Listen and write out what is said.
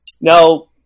Now